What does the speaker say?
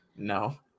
No